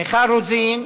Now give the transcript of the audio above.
מיכל רוזין,